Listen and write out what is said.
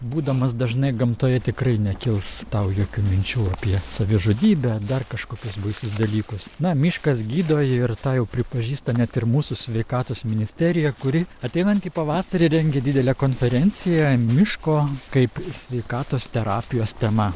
būdamas dažnai gamtoje tikrai nekils tau jokių minčių apie savižudybę dar kažkokius baisius dalykus na miškas gydo ir tą jau pripažįsta net ir mūsų sveikatos ministerija kuri ateinantį pavasarį rengia didelę konferenciją miško kaip sveikatos terapijos tema